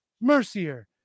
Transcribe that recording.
Mercier